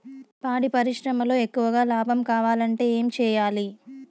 పాడి పరిశ్రమలో ఎక్కువగా లాభం కావాలంటే ఏం చేయాలి?